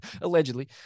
Allegedly